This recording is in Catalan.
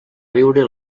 viure